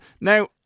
Now